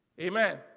Amen